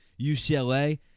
UCLA